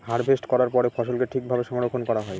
harvest করার পরে ফসলকে ঠিক ভাবে সংরক্ষন করা হয়